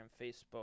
Facebook